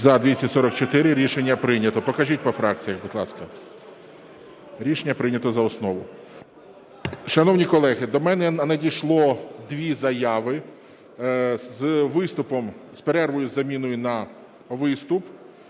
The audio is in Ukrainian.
За-244 Рішення прийнято. Покажіть по фракціях, будь ласка. Рішення прийнято за основу. Шановні колеги, до мене надійшло дві заяви з перервою із заміною на виступ.